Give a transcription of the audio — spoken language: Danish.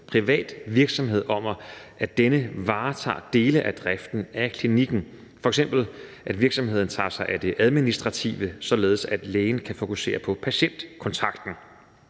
privat virksomhed om, at denne varetager dele af driften af klinikken, f.eks. at virksomheden tager sig af det administrative, således at lægen kan fokusere på patientkontakten.